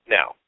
Now